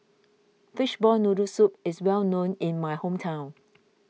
Fishball Noodle Soup is well known in my hometown